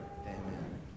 Amen